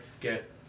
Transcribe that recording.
get